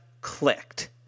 clicked